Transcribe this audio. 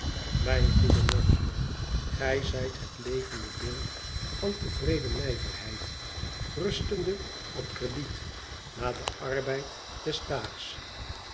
mijn goede mortimer gij zijt het levende beeld van tevreden nijverheid rustende op krediet na den arbeid